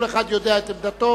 כל אחד יודע את עמדתו.